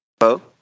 Hello